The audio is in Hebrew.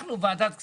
אנחנו ועדת כספים.